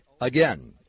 Again